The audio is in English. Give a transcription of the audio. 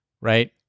right